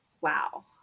wow